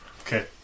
Okay